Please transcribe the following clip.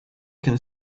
can